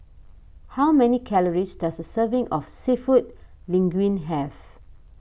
how many calories does a serving of Seafood Linguine have